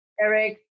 Eric